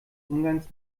umgangs